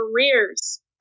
careers